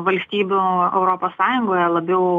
valstybių europos sąjungoje labiau